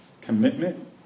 commitment